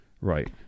right